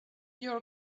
your